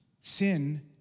Sin